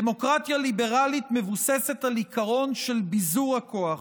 דמוקרטיה ליברלית מבוססת על עיקרון של ביזור הכוח